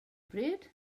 bryd